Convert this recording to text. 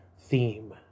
theme